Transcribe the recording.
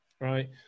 right